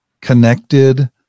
connected